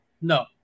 No